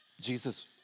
Jesus